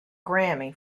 grammy